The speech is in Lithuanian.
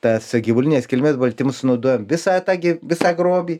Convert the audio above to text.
tas gyvulinės kilmės baltymų sunaudojam visą tą gi visą grobį